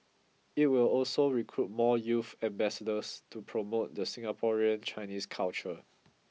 it will also recruit more youth ambassadors to promote the Singaporean Chinese culture